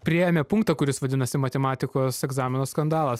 priėjome punktą kuris vadinasi matematikos egzamino skandalas